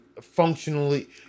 functionally